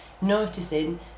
noticing